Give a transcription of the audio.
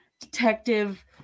detective